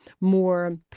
more